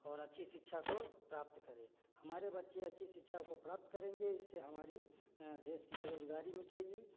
और अच्छी शिक्षा को प्राप्त करें हमारे बच्चे अच्छी शिक्षा को प्राप्त करेंगे इससे हमारी देश की बेरोजगारी मिटेगी